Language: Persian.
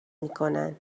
میکنن